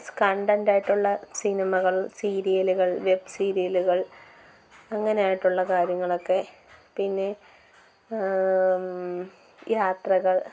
സ്കണ്ടൻടായിട്ടുള്ള സിനിമകൾ സീരിയലുകൾ വെബ് സീരിയലുകൾ അങ്ങനെ ആയിട്ടുള്ള കാര്യങ്ങളൊക്കെ പിന്നേ യാത്രകൾ